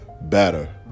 better